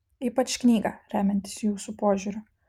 ypač knygą remiantis jūsų požiūriu